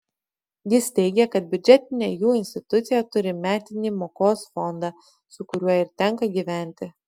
jis teigė kad biudžetinė jų institucija turi metinį mokos fondą su kuriuo ir tenka gyventi